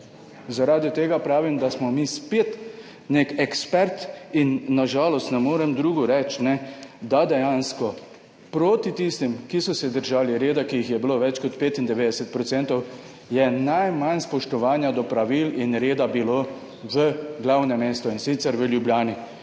Zaradi tega pravim, da smo mi spet neki eksperti, in na žalost ne morem drugega reči, kot da je dejansko proti tistim, ki so se držali reda, ki jih je bilo več kot 95 %. Najmanj spoštovanja pravil in reda je bilo v glavnem mestu, in sicer v Ljubljani.